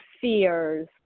fears